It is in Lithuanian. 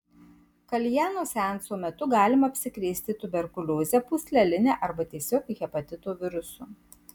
kaljano seanso metu galima apsikrėsti tuberkulioze pūsleline arba tiesiog hepatito virusu